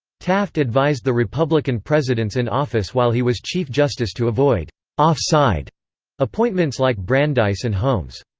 taft advised the republican presidents in office while he was chief justice to avoid offside appointments like brandeis and holmes.